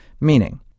Meaning